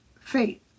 faith